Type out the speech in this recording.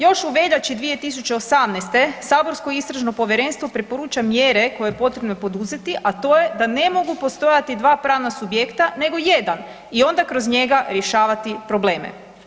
Još u veljači 2018. saborsko Istražno povjerenstvo preporuča mjere koje je potrebno poduzeti, a to je da ne mogu postojati dva pravna subjekta, nego jedan i onda kroz njega rješavati probleme.